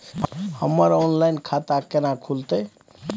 हमर ऑनलाइन खाता केना खुलते?